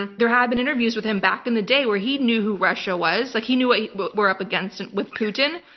and there have been interviews with him back in the day where he knew who russia was, like he knew what what we're up against with putin.